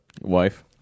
wife